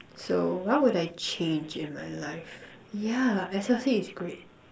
so what would I change in my life yeah S_L_C is great